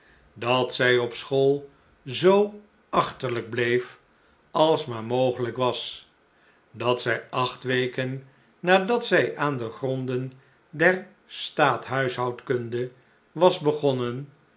dat zij op de school zoo achterlijk bleef als maar mogehjk was dat zij acht weken nadat zij aan de gronden der staathuishoudkunde was begonnen